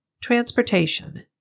Transportation